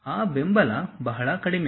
ಆ ಬೆಂಬಲ ಬಹಳ ಕಡಿಮೆ